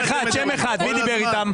אבל אתה אומר שמישהו דיבר עם משקיעים.